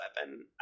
weapon